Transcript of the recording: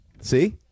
See